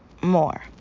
more